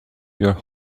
your